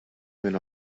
minn